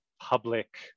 public